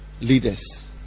leaders